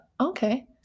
Okay